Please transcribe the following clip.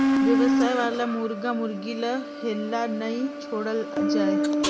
बेवसाय वाला मुरगा मुरगी ल हेल्ला नइ छोड़ल जाए